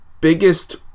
biggest